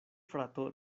frato